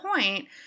point